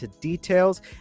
details